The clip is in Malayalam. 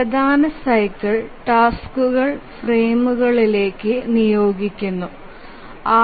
പ്രധാന സൈക്കിൾ ടാസ്കുകൾ ഫ്രെയിമുകളിലേക്ക് നിയോഗിക്കുനു